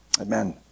Amen